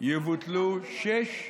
יבוטלו שש